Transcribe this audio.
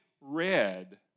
read